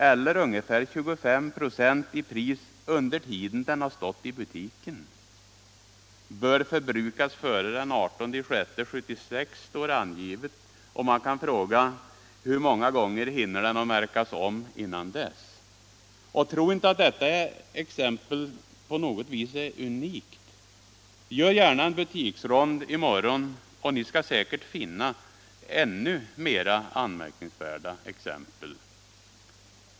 eller omkring 25 ”» under den tid den stått i butiken. Det står på burken att innehållet bör förbrukas före den 18 juni 1976. Man kan fråga sig hur många gånger den hinner märkas om innan dess. Tro inte att detta exempel på något sätt är unikt. Gör gärna en butiksrond i morgon! Ni kan säkerligen finna ännu mera anmärkningsvärda exempel.